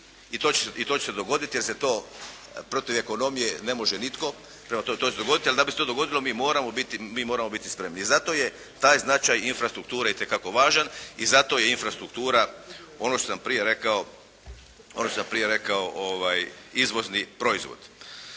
i to će se dogoditi jer se to protiv ekonomije ne može nitko. Prema tome, to će se dogoditi ali da bi se to dogodilo mi moramo biti, mi moramo biti spremni. I zato je taj značaj infrastrukture itekako važan. I zato je infrastruktura, ono što sam prije rekao, ono što